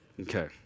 Okay